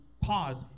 pause